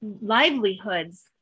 livelihoods